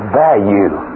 value